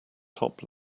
top